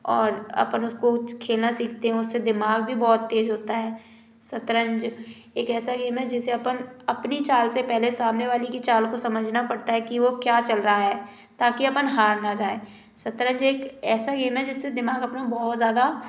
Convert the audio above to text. और अपन उसको खेलना सीखते हैं उसे दिमाग भी बहुत तेज होता है शतरंज एक ऐसा गेम है जिसे अपन अपनी चाल से पहले सामने वाले की चाल को समझना पड़ता है कि वो क्या चल रहा है ताकि अपन हार ना जाए शतरंज एक ऐसा गेम है जिससे दिमाग अपना बहुत ज़्यादा